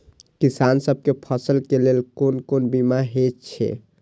किसान सब के फसल के लेल कोन कोन बीमा हे छे?